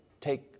take